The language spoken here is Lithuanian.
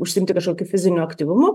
užsiimti kažkokiu fiziniu aktyvumu